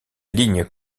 ligne